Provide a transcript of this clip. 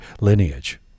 lineage